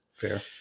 Fair